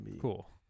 Cool